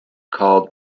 called